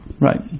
right